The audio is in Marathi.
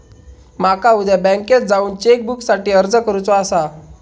माका उद्या बँकेत जाऊन चेक बुकसाठी अर्ज करुचो आसा